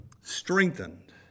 strengthened